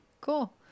cool